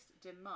demand